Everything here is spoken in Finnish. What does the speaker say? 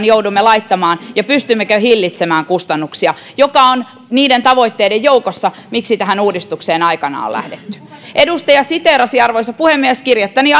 joudumme laittamaan ja pystymmekö hillitsemään kustannuksia mikä on niiden tavoitteiden joukossa miksi tähän uudistukseen aikanaan on lähdetty edustaja siteerasi arvoisa puhemies kirjettäni